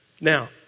Now